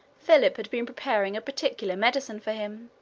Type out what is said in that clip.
philip had been preparing a particular medicine for him,